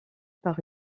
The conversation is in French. par